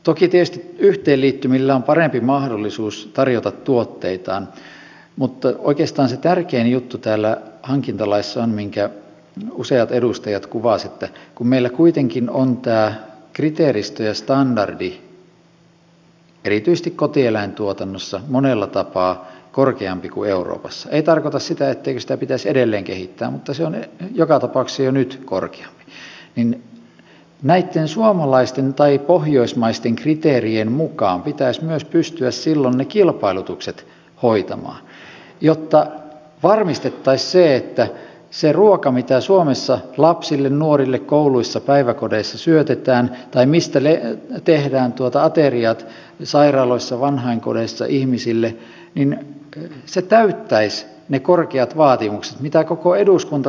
toki tietysti yhteenliittymillä on parempi mahdollisuus tarjota tuotteitaan mutta oikeastaan se tärkein juttu täällä hankintalaissa on se minkä useat edustajat kuvasivat että kun meillä kuitenkin on tämä kriteeristö ja standardi erityisesti kotieläintuotannossa monella tapaa korkeampi kuin euroopassa se ei tarkoita sitä etteikö sitä pitäisi edelleen kehittää mutta se on joka tapauksessa jo nyt korkeampi niin näitten suomalaisten tai pohjoismaisten kriteerien mukaan pitäisi myös pystyä silloin ne kilpailutukset hoitamaan jotta varmistettaisiin se että se ruoka mitä suomessa lapsille ja nuorille kouluissa ja päiväkodeissa syötetään tai mistä tehdään ateriat sairaaloissa ja vanhainkodeissa ihmisille täyttäisi ne korkeat vaatimukset mitä koko eduskunta täällä peräänkuuluttaa